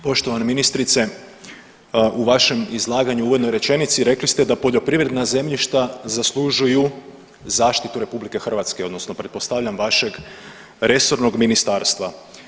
Poštovana ministrice, u vašem izlaganju u uvodnoj rečenici rekli ste da poljoprivredna zemljišta zaslužuju zaštitu RH odnosno pretpostavljam vašeg resornog ministarstva.